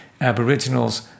aboriginals